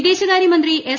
വിദേശകാരൃ മന്ത്രി എസ്